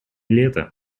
лета